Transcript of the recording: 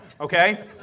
okay